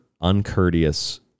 uncourteous